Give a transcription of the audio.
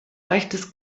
rechtes